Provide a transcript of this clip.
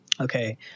Okay